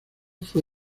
fue